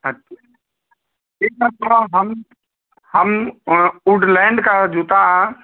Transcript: अच ठीक है थोड़ा हम हम उडलैंड का जूता